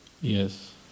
Yes